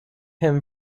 him